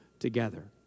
together